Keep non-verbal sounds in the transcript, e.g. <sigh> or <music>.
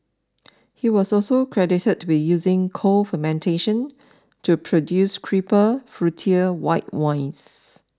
<noise> he was also credited to be using cold fermentation to produce crisper fruitier white wines